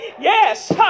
Yes